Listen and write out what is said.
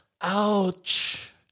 Ouch